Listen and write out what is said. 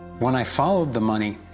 when i followed the money,